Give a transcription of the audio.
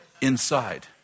inside